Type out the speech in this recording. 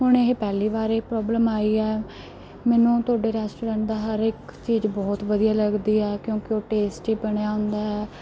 ਹੁਣ ਇਹ ਪਹਿਲੀ ਵਾਰੀ ਪ੍ਰੋਬਲਮ ਆਈ ਆ ਮੈਨੂੰ ਤੁਹਾਡੇ ਰੈਸਟੋਰੈਂਟ ਦਾ ਹਰ ਇੱਕ ਚੀਜ਼ ਬਹੁਤ ਵਧੀਆ ਲੱਗਦੀ ਆ ਕਿਉਂਕਿ ਉਹ ਟੇਸਟੀ ਬਣਿਆ ਹੁੰਦਾ ਹੈ